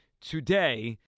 today